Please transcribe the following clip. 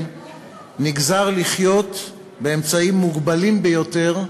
נגזר לחיות באמצעים מוגבלים ביותר,